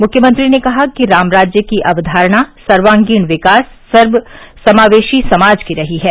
मुख्यमंत्री ने कहा कि रामराज्य की अक्वारणा सर्वगीण विकास सर्वसमावेशी समाज की रही है